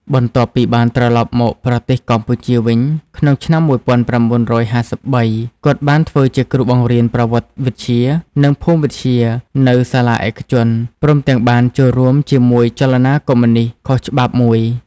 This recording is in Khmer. បន្ទាប់ពីបានត្រឡប់មកប្រទេសកម្ពុជាវិញក្នុងឆ្នាំ១៩៥៣ គាត់បានធ្វើជាគ្រូបង្រៀនប្រវត្តិវិទ្យា និងភូមិវិទ្យានៅសាលាឯកជន ព្រមទាំងបានចូលរួមជាមួយចលនាកុម្មុយនីស្តខុសច្បាប់មួយ។